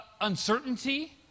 uncertainty